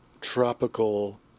tropical